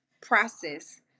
process